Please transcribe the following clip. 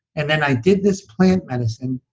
and then i did this plant medicine,